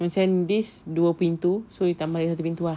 macam this dua pintu so you tambah lagi satu pintu ah